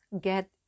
get